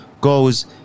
goes